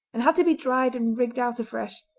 and had to be dried and rigged out afresh.